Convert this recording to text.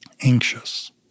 anxious